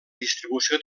distribució